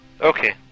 Okay